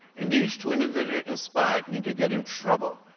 and these two individuals inspired me to get in trouble,